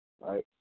right